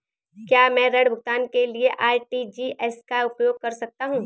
क्या मैं ऋण भुगतान के लिए आर.टी.जी.एस का उपयोग कर सकता हूँ?